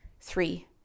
Three